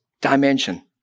dimension